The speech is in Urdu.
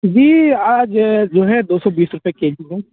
جی آج جو ہے دو سو بیس روپیہ کے جی ہے